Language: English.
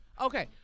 Okay